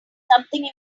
something